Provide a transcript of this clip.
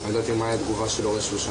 זו עבודה ביחד עם אוניברסיטת תל אביב,